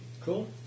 Cool